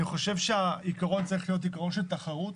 אני חושב שהעיקרון צריך להיות עקרון של תחרות